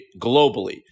globally